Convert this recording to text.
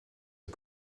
are